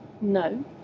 No